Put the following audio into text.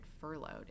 furloughed